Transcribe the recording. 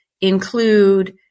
include